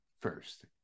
first